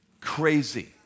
crazy